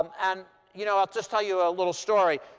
um and you know i'll just tell you a little story.